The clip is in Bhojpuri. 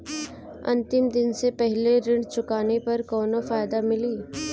अंतिम दिन से पहले ऋण चुकाने पर कौनो फायदा मिली?